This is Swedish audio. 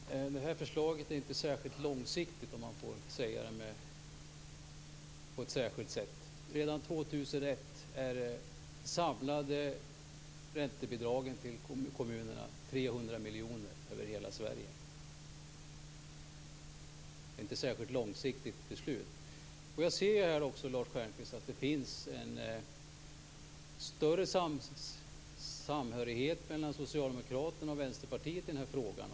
Fru talman! Det här förslaget är inte särskilt långsiktigt om man får säga det på ett särskilt sätt. Redan år 2001 är de samlade räntebidragen till kommunerna 300 miljoner över hela Sverige. Det är inte ett särskilt långsiktigt beslut. Jag ser ju här också, Lars Stjernkvist, att det finns en större samhörighet mellan Socialdemokraterna och Vänsterpartiet i den här frågan.